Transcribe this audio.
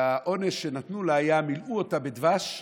העונש שנתנו לה, מילאו אותה בדבש,